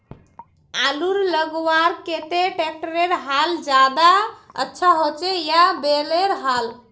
आलूर लगवार केते ट्रैक्टरेर हाल ज्यादा अच्छा होचे या बैलेर हाल?